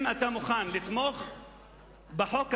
אם אתה מוכן לתמוך בחוק הזה,